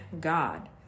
God